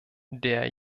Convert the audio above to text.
der